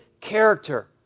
character